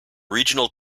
regional